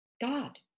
God